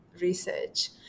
research